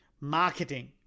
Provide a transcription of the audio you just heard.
marketing